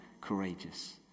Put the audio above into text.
courageous